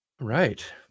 Right